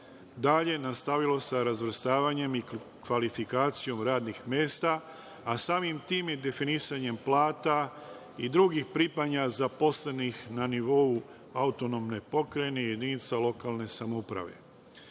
dalje nastavilo sa razvstavanjem i kvalifikacijom radnih mesta, samim tim i definisanjem plata i drugih primanja zaposlenih na nivou AP i jedinice lokalne samouprave. Kako